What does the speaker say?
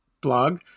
blog